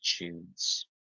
attitudes